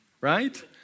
Right